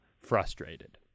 frustrated